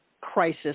crisis